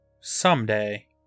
Someday